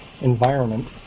environment